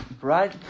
right